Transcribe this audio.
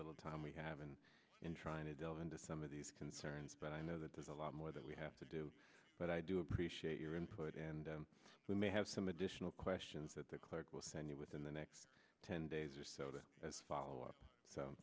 little time we have been in trying to delve into some of these concerns but i know that there's a lot more that we have to do but i do appreciate your input and we may have some additional questions that the clerk will send you within the next ten days or so to follow up so